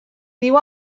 diu